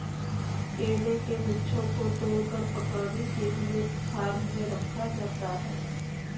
केले के गुच्छों को तोड़कर पकाने के लिए फार्म में रखा जाता है